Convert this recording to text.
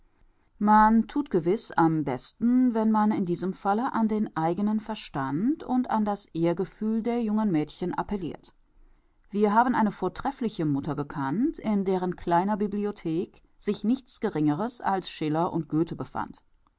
man thut gewiß am besten wenn man in diesem falle an den eignen verstand und an das ehrgefühl der jungen mädchen appellirt wir haben eine vortreffliche mutter gekannt in deren kleiner bibliothek sich nichts geringeres als schiller und goethe befand